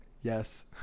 Yes